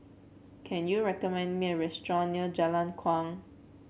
can you recommend me a restaurant near Jalan Kuang